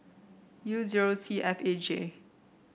U zero C F A J